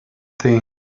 thing